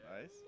Nice